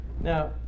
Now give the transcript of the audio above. Now